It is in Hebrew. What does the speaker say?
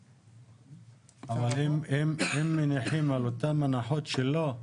הם מניחים על אותן הנחות שלו,